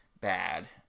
bad